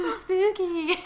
spooky